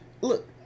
Look